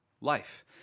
life